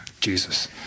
Jesus